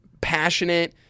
passionate